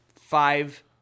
Five